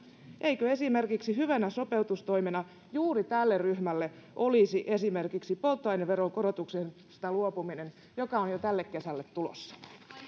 eikö hyvänä sopeutustoimena juuri tälle ryhmälle olisi esimerkiksi polttoaineveron korotuksesta luopuminen joka on jo tälle kesälle tulossa